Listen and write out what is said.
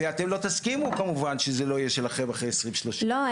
ואתם לא תסכימו כמובן שזה לא יהיה שלכם אחרי 2030 לא?